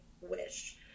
wish